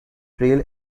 trail